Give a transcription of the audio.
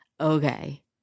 Okay